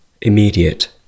immediate